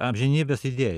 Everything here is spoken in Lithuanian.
amžinybės idėja